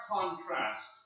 contrast